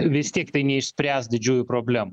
vis tiek tai neišspręs didžiųjų problemų